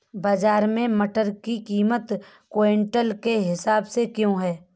बाजार में मटर की कीमत क्विंटल के हिसाब से क्यो है?